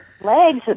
legs